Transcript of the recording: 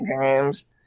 games